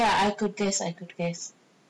ya ya I could guess I could guess